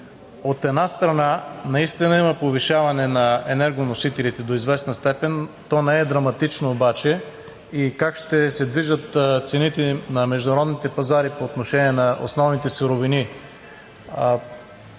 от една страна, наистина има повишаване на енергоносителите до известна степен – то не е драматично, обаче как ще се движат цените на международните пазари по отношение на основните суровини